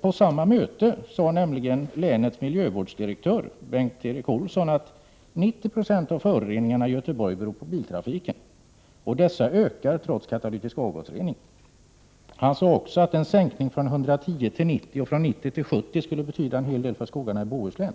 På samma möte sade nämligen länets miljövårdsdirektör Bengt-Erik Olsson att 90 96 av föroreningarna i Göteborg beror på biltrafiken, och de ökar trots katalytisk avgasrening. Han sade också att en sänkning från 110 till 90 och från 90 till 70 skulle betyda en hel del för skogarna i Bohuslän.